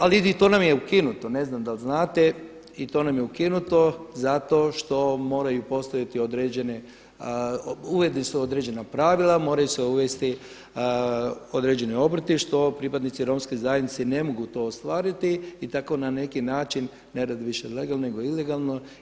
Ali i to nam je ukinuto, ne znam dal' znate i to nam je ukinuto zato što moraju postojati određene, uvjeti, određena pravila, moraju se uvesti određeni obrti što pripadnici Romske zajednice ne mogu to ostvariti i tako na neki način ne rade više legalno, nego ilegalno.